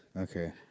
Okay